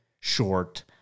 short